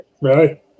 Right